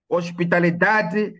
hospitalidade